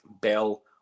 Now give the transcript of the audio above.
Bell